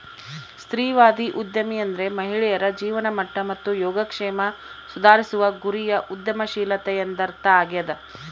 ಸ್ತ್ರೀವಾದಿ ಉದ್ಯಮಿ ಅಂದ್ರೆ ಮಹಿಳೆಯರ ಜೀವನಮಟ್ಟ ಮತ್ತು ಯೋಗಕ್ಷೇಮ ಸುಧಾರಿಸುವ ಗುರಿಯ ಉದ್ಯಮಶೀಲತೆ ಎಂದರ್ಥ ಆಗ್ಯಾದ